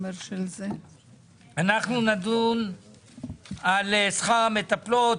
אנחנו נדון על שכר המטפלות,